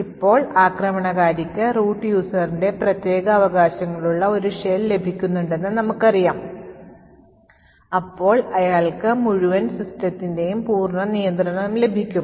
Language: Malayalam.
ഇപ്പോൾ ആക്രമണകാരിക്ക് root userൻറെ പ്രത്യേകാവകാശങ്ങളുള്ള ഒരു ഷെൽ ലഭിക്കുന്നുണ്ട് എന്ന് നമുക്കറിയാം അപ്പോൾ അയാൾക്ക് മുഴുവൻ സിസ്റ്റത്തിന്റെയും പൂർണ്ണ നിയന്ത്രണം ലഭിക്കും